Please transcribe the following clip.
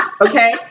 okay